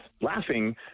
laughing